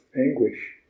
anguish